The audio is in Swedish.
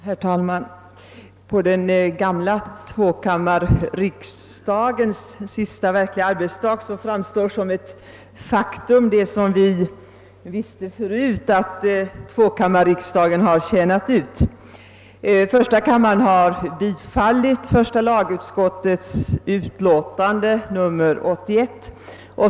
Herr talman! På den gamla tvåkammarriksdagens sista verkliga arbetsdag påminns vi om något som vi visste förut, nämligen att tvåkammarriksdagen har tjänat ut. Första kammaren har nämligen bifallit utskottets hemställan i första lagutskottets utlåtande nr 81.